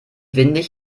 windig